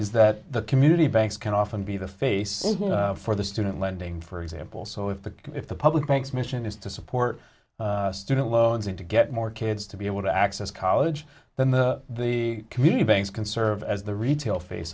is that the community banks can often be the face for the student lending for example so if the if the public banks mission is to support student loans and to get more kids to be able to access college then the the community banks can serve as the retail face